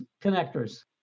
connectors